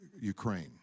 Ukraine